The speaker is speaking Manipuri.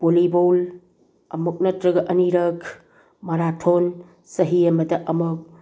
ꯕꯣꯂꯤꯕꯣꯜ ꯑꯃꯨꯛ ꯅꯠꯇ꯭ꯔꯒ ꯑꯅꯤꯔꯛ ꯃꯥꯔꯥꯊꯣꯟ ꯆꯍꯤ ꯑꯃꯗ ꯑꯃꯨꯛ